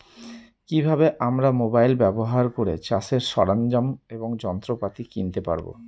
কি ভাবে আমরা মোবাইল ব্যাবহার করে চাষের সরঞ্জাম এবং যন্ত্রপাতি কিনতে পারবো?